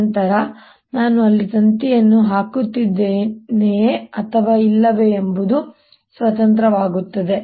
ನಂತರ ನಾನು ಅಲ್ಲಿ ತಂತಿಯನ್ನು ಹಾಕುತ್ತಿದ್ದೇನೆಯೇ ಅಥವಾ ಇಲ್ಲವೇ ಎಂಬುದು ಸ್ವತಂತ್ರವಾಗುತ್ತದೆ